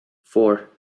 four